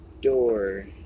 door